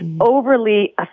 overly